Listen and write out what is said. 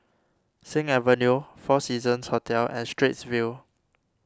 Sing Avenue four Seasons Hotel and Straits View